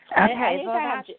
Okay